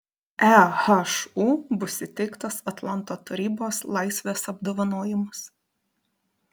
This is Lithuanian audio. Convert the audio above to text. ehu bus įteiktas atlanto tarybos laisvės apdovanojimas